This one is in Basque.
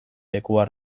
lekua